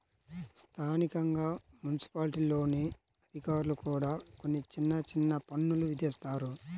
స్థానికంగా మున్సిపాలిటీల్లోని అధికారులు కూడా కొన్ని చిన్న చిన్న పన్నులు విధిస్తారు